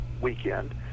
weekend